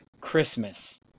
Christmas